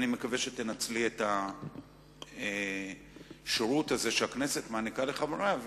אני מקווה שתנצלי את השירות הזה שהכנסת מעניקה לחבריה,